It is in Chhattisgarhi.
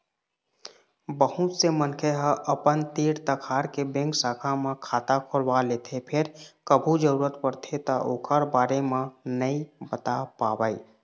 बहुत से मनखे ह अपन तीर तखार के बेंक शाखा म खाता खोलवा लेथे फेर कभू जरूरत परथे त ओखर बारे म नइ बता पावय